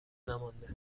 نمانده